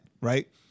right